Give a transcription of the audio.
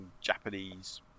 Japanese